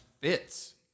fits